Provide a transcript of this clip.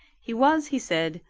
he was, he said,